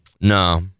no